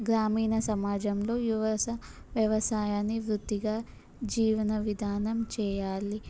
గ్రామీణ సమాజంలో యువత వ్యవసాయాన్ని వృత్తిగా జీవన విధానం చేయాలి